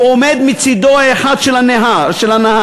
הוא עומד מצדו האחד של הנהר,